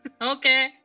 Okay